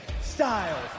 Styles